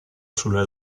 sulle